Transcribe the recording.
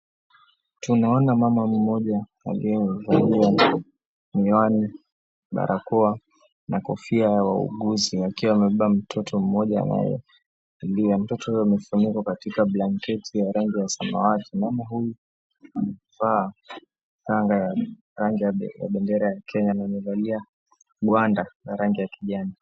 Tunaona mama mmoja aliyevalia miwani, barakoa na kofia ya wauguzi akiwa amebeba mtoto mmoja ambae aliye. Mtoto huyo amefunika katika blanketi ya rangi ya samawati. Mama huyu amevaa kanga ya rangi ya bendera ya Kenya na amevalia gwanda la rangi ya kijani.